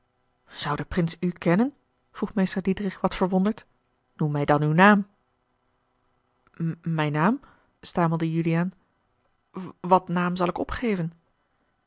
de prins u kennen vroeg meester diedrich wat verwonderd noem mij dan uw naam mijn naam mijn naam stamelde juliaan wat naam zal ik opgeven